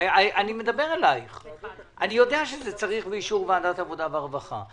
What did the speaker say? אני יודע שצריך אישור של ועדת עבודה ורווחה.